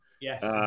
Yes